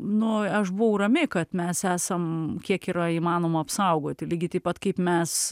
nu aš buvau rami kad mes esam kiek yra įmanoma apsaugoti lygiai taip pat kaip mes